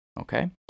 Okay